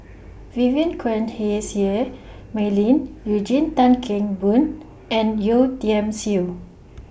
Vivien Quahe Seah Mei Lin Eugene Tan Kheng Boon and Yeo Tiam Siew